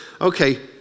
okay